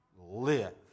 live